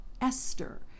Esther